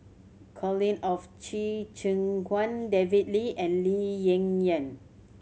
Colin of Qi Zhe Quan David Lee and Lee Ling Yen